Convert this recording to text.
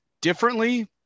differently